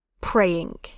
praying